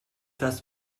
das